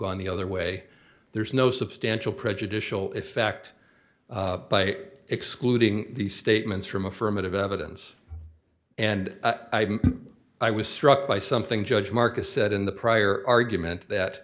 gone the other way there's no substantial prejudicial effect by excluding these statements from affirmative evidence and i was struck by something judge marcus said in the prior argument